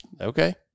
Okay